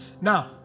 Now